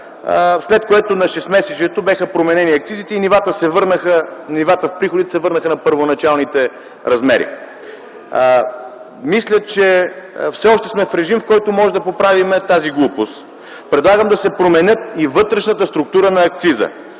след което на шестмесечието бяха променени акцизите и нивата в приходите се върнаха на първоначалните размери. Мисля, че все още сме в режим, в който можем да поправим тази глупост. Предлагам да се промени и вътрешната структура на акциза